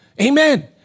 Amen